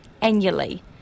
annually